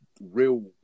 real